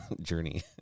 journey